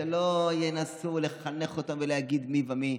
שלא ינסו לחנך אותנו ולהגיד מי ומי,